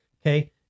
Okay